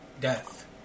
Death